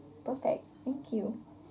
perfect thank you